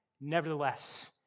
Nevertheless